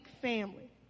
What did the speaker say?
family